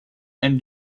and